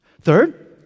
third